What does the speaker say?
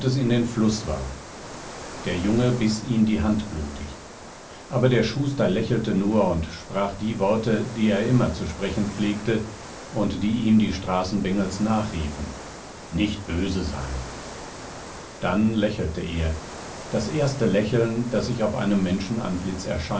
in den fluß warf der junge biß ihm die hand blutig aber der schuster lächelte nur und sprach die worte die er immer zu sprechen pflegte und die ihm die straßenbengels nachriefen nicht böse sein dann lächelte er das erste lächeln das ich auf einem